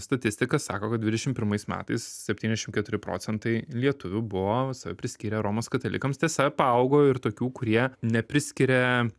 statistika sako kad dvidešim pirmais metais septyniasdešim keturi procentai lietuvių buvo save priskyrę romos katalikams tiesa paaugo ir tokių kurie nepriskiria